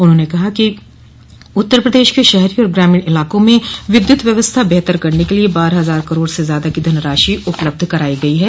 उन्होंने कहा कि उत्तर प्रदेश के शहरी और ग्रामीण इलाकों में विद्युत व्यवस्था बेहतर करने क लिए बारह हजार करोड़ से ज्यादा की धनराशि उपलब्ध कराई है